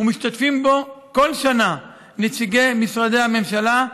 ומשתתפים בו כל שנה נציגי משרדי הממשלה,